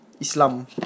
Islam